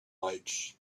lights